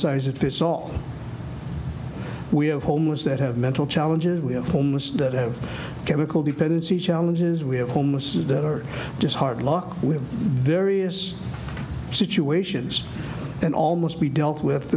size fits all we have homeless that have mental challenges we have homeless that have chemical dependency challenges we have homeless is that are just hard luck with various situations and all must be dealt with